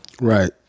Right